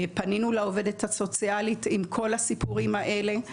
פנינו לעובדת הסוציאלית עם כל הסיפורים האלה.